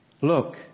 Look